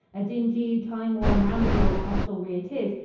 a dingy, time-worn, rambling old hostelry it is,